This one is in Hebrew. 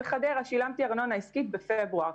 בחדרה שילמתי ארנונה עסקית בפברואר.